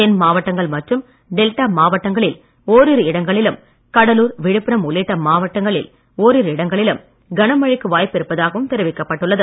தென் மாவட்டங்கள் மற்றும் டெல்டா மாவட்டங்களில் ஓரிரு இடங்களிலும் கடலூர் விழுப்புரம் உள்ளிட்ட வட மாவட்டங்களில் வாய்ப்பு இருப்பதாகவும் தெரிவிக்கப்பட்டுள்ளது